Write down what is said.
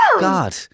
God